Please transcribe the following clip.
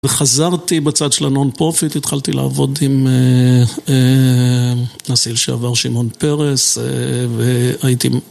וחזרתי בצד של הנונפרופיט, התחלתי לעבוד עם הנשיא שעבר, שמעון פרס, והייתי...